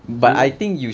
he won't